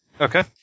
Okay